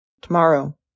Tomorrow